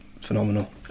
phenomenal